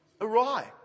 awry